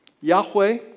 Yahweh